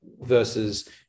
versus